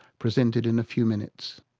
presented in a few minutes.